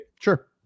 Sure